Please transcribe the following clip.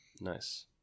Nice